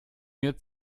mir